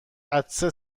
عطسه